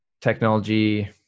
technology